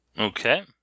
Okay